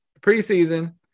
preseason